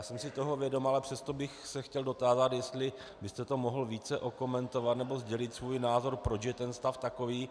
Jsem si toho vědom, ale přesto bych se chtěl dotázat, jestli byste to mohl více okomentovat, nebo sdělit svůj názor, proč je ten stav takový.